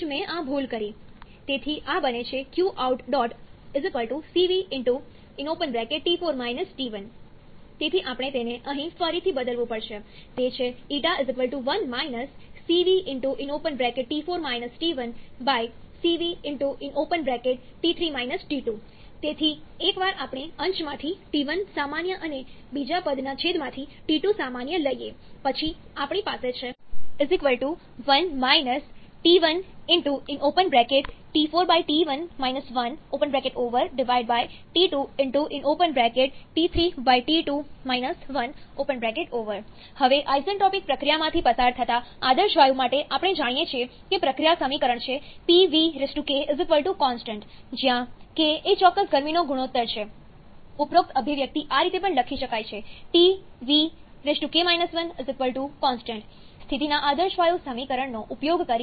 તેથી આ બને છે qout cv તેથી આપણે તેને અહીં ફરીથી બદલવું પડશે તે છે Ƞ 1 cvcv તેથી એકવાર આપણે અંશમાંથી T1 સામાન્ય અને બીજા પદના છેદમાંથી T2 સામાન્ય લઈએ પછી આપણી પાસે છે 1 T1T2 હવે આઇસેન્ટ્રોપિક પ્રક્રિયામાંથી પસાર થતા આદર્શ વાયુ માટે આપણે જાણીએ છીએ કે પ્રક્રિયા સમીકરણ છે Pvk constant જ્યાં k એ ચોક્કસ ગરમીનો ગુણોત્તર છે ઉપરોક્ત અભિવ્યક્તિ આ રીતે પણ લખી શકાય છે Tvk 1 constant સ્થિતિના આદર્શ વાયુ સમીકરણનો ઉપયોગ કરીને